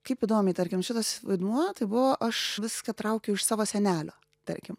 kaip įdomiai tarkim šitas vaidmuo tai buvo aš viską traukiau iš savo senelio tarkim